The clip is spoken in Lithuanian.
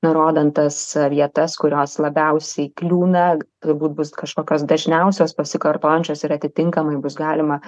nurodant tas vietas kurios labiausiai kliūna turbūt bus kažkokios dažniausios pasikartojančios ir atitinkamai bus galima